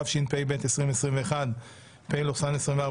התשפ"ב-2021 (פ/2276/24),